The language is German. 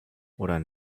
oder